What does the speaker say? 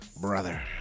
brother